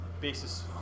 basis